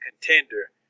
contender